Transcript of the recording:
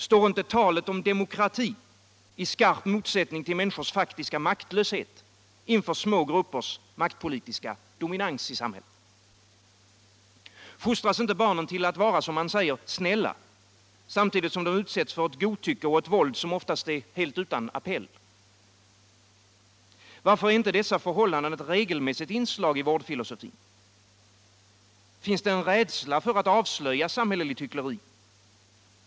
Står inte talet om demokrati i skarp motsättning till människors faktiska maktlöshet inför små gruppers maktpolitiska dominans i samhället? Fostras inte barnen till att vara ”snälla”, samtidigt som de utsätts för ett godtycke och ett våld som oftast är helt utan appell? Varför är inte dessa förhållanden ett regelmässigt inslag i vårdfilosofin? Finns det en rädsla för att avslöja samhälleligt hyckleri?